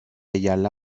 ayala